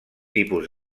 tipus